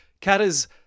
Catter's